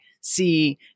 see